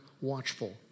watchful